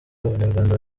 w’abanyarwanda